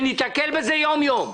אנחנו ניתקל בזה יום-יום,